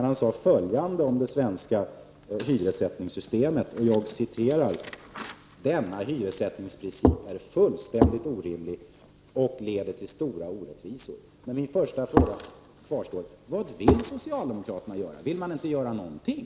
Han sade följande om det svenska hyressättningssystemet: ''Denna hyressättningsprincip är fullständigt orimlig och leder till stora orättvisor.'' Min fråga kvarstår. Vad vill socialdemokraterna göra? Vill man inte göra någonting?